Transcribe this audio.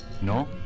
No